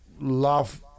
love